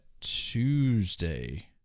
Tuesday